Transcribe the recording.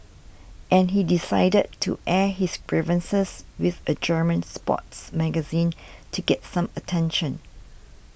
and he decided to air his grievances with a German sports magazine to get some attention